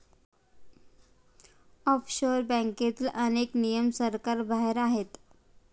offshore बँकेतील अनेक नियम सरकारबाहेर आहेत